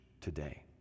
today